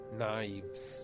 knives